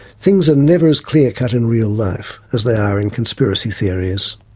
things are never as clear-cut in real life as they are in conspiracy theories.